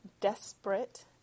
desperate